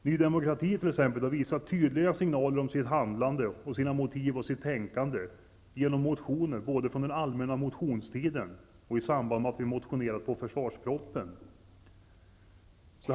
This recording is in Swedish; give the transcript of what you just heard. Ny demokrati har visat tydliga signaler om sitt handlande, sina motiv och sitt tänkande genom motioner både från den allmänna motionstiden och i samband med att vi motionerat med anledning av försvarspropositionen.